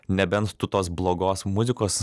nebent tu tos blogos muzikos